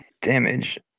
Damage